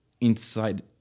inside